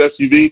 SUV